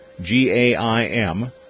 G-A-I-M